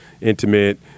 intimate